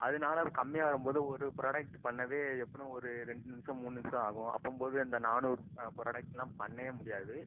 அதனால கம்மியாகும் போது ஒரு ப்ராடெக்ட் பண்ணவே எப்படியும் ஒரு ரெண்டு நிமிடம் மூணு நிமிடம் ஆகும் அப்போம்போது அந்த நானூறு ப்ராடெக்ட்லாம் பண்ணவே முடியாது